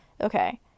Okay